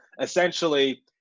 essentially